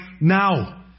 now